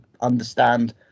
understand